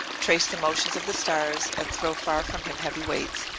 trace the motions of the stars, and throw far from him heavy weights,